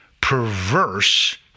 perverse